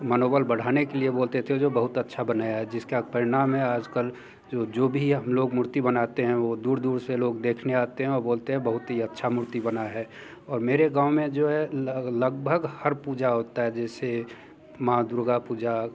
मनोबल बढ़ाने के लिए बोलते थे जो बहुत अच्छा बनाया है जिसका परिणाम है आज कल जो जो भी हम लोग मूर्ति बनाते हैं वो दूर दूर से लोग देखने आते हैं और बोलते हैं बहुत ही अच्छा मूर्ति बनाया है और मेरे गाँव में जो है लगभग हर पूजा होती है जैसे माँ दुर्गा पूजा